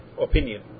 opinion